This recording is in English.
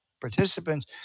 participants